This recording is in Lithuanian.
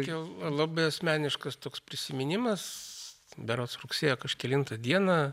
jau labai asmeniškas toks prisiminimas berods rugsėjo kažkelintą dieną